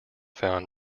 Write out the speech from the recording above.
found